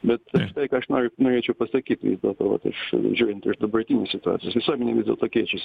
bet štai ką aš noriu norėčiau pasakyt vis dėl to vat iš žiūrint iš dabartinės situacijos visuomenėj vis dėlto keičiasi